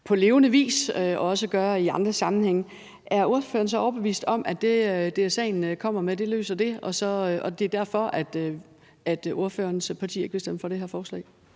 på levende vis og også gør i andre sammenhænge, er ordføreren så overbevist om, at det, DSA'en kommer med, løser det, og er det derfor, ordførerens parti ikke vil stemme for det her forslag?